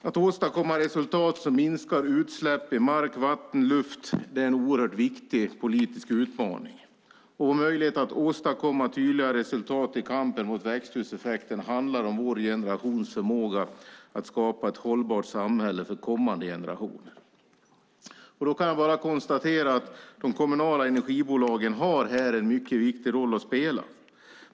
Att åstadkomma resultat som minskar utsläpp i mark, vatten och luft är en oerhört viktig politisk utmaning. Möjligheten att åstadkomma tydliga resultat i kampen mot växthuseffekten handlar om vår generations förmåga att skapa ett hållbart samhälle för kommande generationer. Här har de kommunala energibolagen en mycket viktig roll att spela.